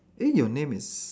eh your name is